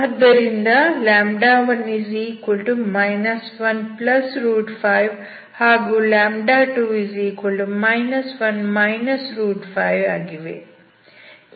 ಆದ್ದರಿಂದ 1 15 ಹಾಗೂ 2 1 5 ಆಗಿವೆ